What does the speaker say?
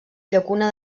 llacuna